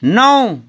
नौ